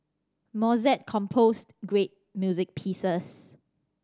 Mozart composed great music pieces